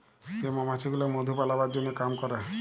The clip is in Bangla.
যে মমাছি গুলা মধু বালাবার জনহ কাম ক্যরে